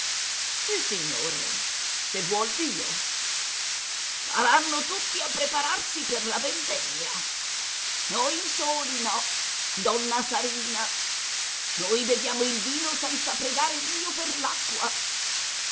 fortunato sissignore se vuol dio saranno tutti a prepararsi per la vendemmia noi soli no donna sarina noi beviamo il vino senza pregare dio per